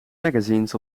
magazines